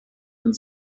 and